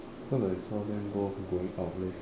cause I saw them both going out leh